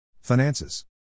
Finances